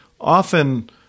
often